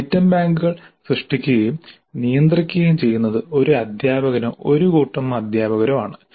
item ബാങ്കുകൾ സൃഷ്ടിക്കുകയും നിയന്ത്രിക്കുകയും ചെയ്യുന്നത് ഒരു അധ്യാപകനോ ഒരു കൂട്ടം അധ്യാപകരോ ആണ്